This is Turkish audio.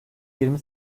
yirmi